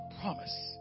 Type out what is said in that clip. promise